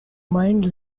mind